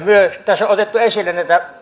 tässä on otettu esille